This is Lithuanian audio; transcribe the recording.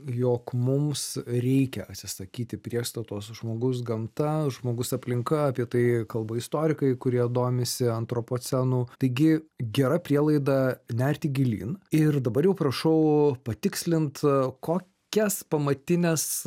jog mums reikia atsisakyti priešstatos žmogus gamta žmogus aplinka apie tai kalba istorikai kurie domisi antropocenu taigi gera prielaida nerti gilyn ir dabar jau prašau patikslint kokias pamatines